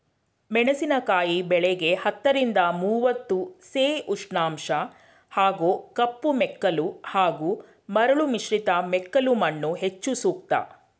ಮೆಣಸಿನಕಾಯಿ ಬೆಳೆಗೆ ಹತ್ತರಿಂದ ಮೂವತ್ತು ಸೆ ಉಷ್ಣಾಂಶ ಹಾಗೂ ಕಪ್ಪುಮೆಕ್ಕಲು ಹಾಗೂ ಮರಳು ಮಿಶ್ರಿತ ಮೆಕ್ಕಲುಮಣ್ಣು ಹೆಚ್ಚು ಸೂಕ್ತ